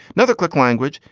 another click language.